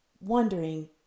wondering